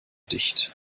dicht